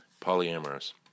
Polyamorous